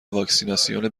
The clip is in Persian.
واکسیناسیون